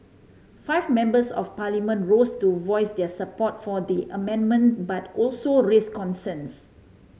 five Members of Parliament rose to voice their support for the amendment but also raised concerns